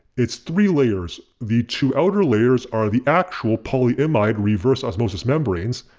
it's three layers, the two outer layers are the actual polyimide reverse osmosis membranes.